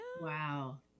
wow